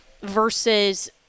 versus